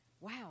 wow